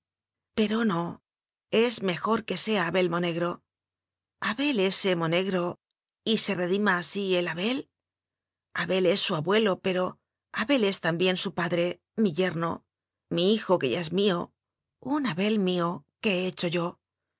pero no es mejor que sea abel monegro abel s monegro y se redima así el abel abel es su abuelo pero abel es también su padre mi yerno mi hijo que es ya mío un abel mío que he he cho yo